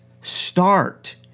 start